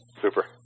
Super